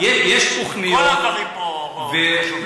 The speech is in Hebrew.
כל הדברים פה חשובים.